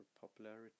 popularity